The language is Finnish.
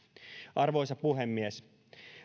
arvoisa puhemies